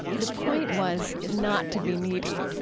the point was not to be needy.